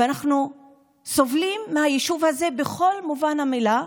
אנחנו סובלים ביישוב הזה בכל מובן המילה,